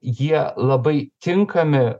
jie labai tinkami